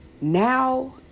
Now